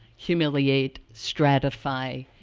humiliate, stratify,